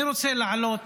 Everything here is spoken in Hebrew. אני רוצה להעלות